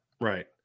Right